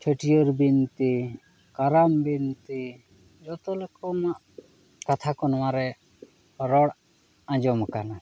ᱪᱷᱟᱹᱴᱭᱟᱹᱨ ᱵᱤᱱᱛᱤ ᱠᱟᱨᱟᱢ ᱵᱤᱱᱛᱤ ᱡᱚᱛᱚ ᱨᱚᱠᱚᱢᱟᱜ ᱠᱟᱛᱷᱟ ᱠᱚ ᱱᱚᱣᱟ ᱨᱮ ᱨᱚᱲ ᱟᱸᱡᱚᱢ ᱟᱠᱟᱱᱟ